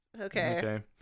Okay